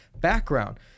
background